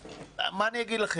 מה אני אגיד לכם?